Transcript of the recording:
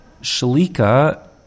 Shalika